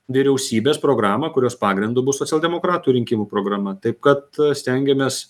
vyriausybės programą kurios pagrindu bus socialdemokratų rinkimų programa taip kad stengiamės